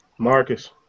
Marcus